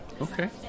Okay